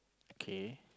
kay